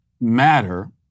matter